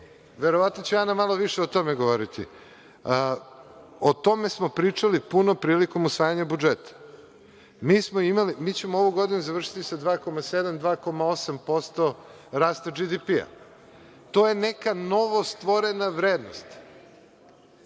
verovatno će Ana malo više o tome govoriti, o tome smo pričali puno prilikom usvajanja budžeta. Mi ćemo ovu godinu završiti sa 2,7-2,8% rasta BDP. To je neka novostvorena vrednost.